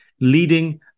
leading